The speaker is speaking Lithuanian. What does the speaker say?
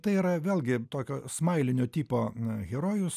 tai yra vėlgi tokio smailinio tipo herojus